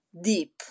deep